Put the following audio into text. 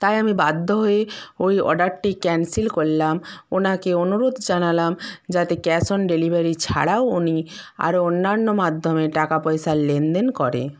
তাই আমি বাধ্য হয়ে ওই অর্ডারটি ক্যান্সেল করলাম ওনাকে অনুরোদ জানালাম যাতে ক্যাশ অন ডেলিভারি ছাড়াও উনি আরও অন্যান্য মাধ্যমে টাকা পয়সার লেনদেন করে